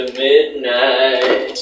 midnight